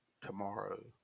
tomorrow